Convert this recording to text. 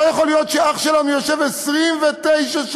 לא יכול להיות שאח שלנו יושב 29 שנים